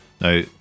Now